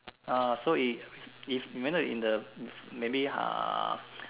uh so if if eventhough in the maybe uh